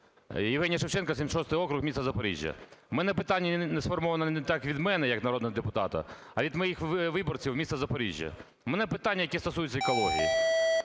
Євгеній Шевченко,76 округ, місто Запоріжжя. У мене питання сформовано не так від мене як народного депутата, а від моїх виборців міста Запоріжжя. У мене питання, яке стосується екології.